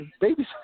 babies